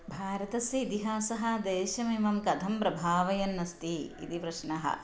भारतस्य इतिहासः देशमिमं कथं प्रभावयन् अस्ति इति प्रश्नः